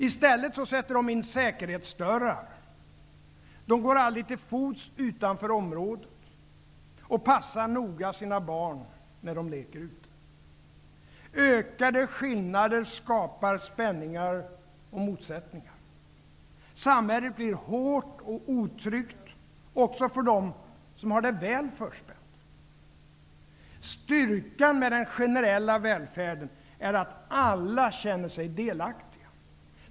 I stället sätter de in säkerhetsdörrar, går aldrig till fots utanför området och passar noga sina barn när dessa leker ute. Ökade skillnader skapar spänningar och motsättningar. Samhället blir hårt och otryggt -- också för dem som har det väl förspänt. Styrkan med den generella välfärden är att alla känner sig delaktiga.